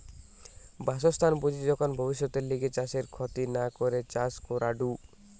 বাসস্থান বুঝি যখন ভব্যিষতের লিগে চাষের ক্ষতি না করে চাষ করাঢু